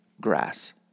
grass